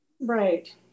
Right